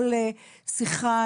כל שיחה